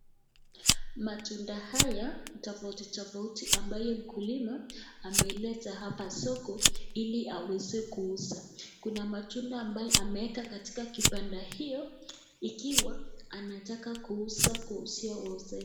Matunda haya tofauti tofauti ambayo mkulima ameleta hapa soko ili aweze kuuza. Kuna matunda ambayo ameeka katika kibanda hiyo ikiwa anataka kuuza kuuzia wauzaji.